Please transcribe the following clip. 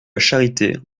charité